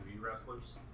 wrestlers